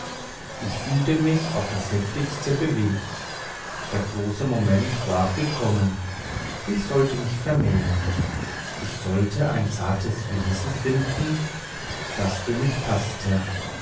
ich fühlte mich auf das heftigste bewegt der große moment war gekommen ich sollte mich vermählen ich sollte ein zartes wesen finden das für mich paßte